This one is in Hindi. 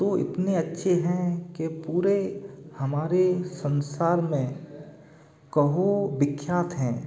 तो इतने अच्छे हैं के पूरे हमारे संसार में कहो विख्यात हैं